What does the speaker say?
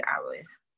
hours